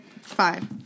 Five